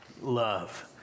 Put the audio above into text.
love